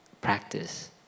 practice